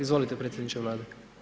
Izvolite predsjedniče Vlade.